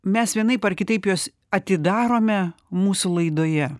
mes vienaip ar kitaip juos atidarome mūsų laidoje